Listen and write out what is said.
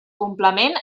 complement